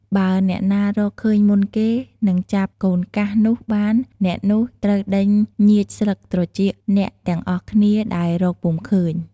បើអ្នកណារកឃើញមុនគេ និងចាប់ "កូនកាស" នោះបាន អ្នកនោះត្រូវដេញញៀចស្លឹកត្រចៀកអ្នកទាំងអស់គ្នាដែលរកពុំឃើញ។